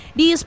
di